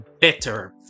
better